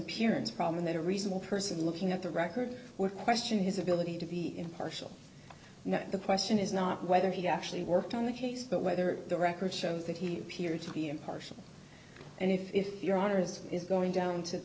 appearance problem that a reasonable person looking at the record or question his ability to be impartial the question is not whether he actually worked on the case but whether the record shows that he appeared to be impartial and if you're honest is going down to